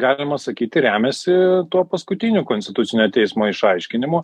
galima sakyti remiasi tuo paskutiniu konstitucinio teismo išaiškinimu